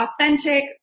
authentic